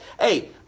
hey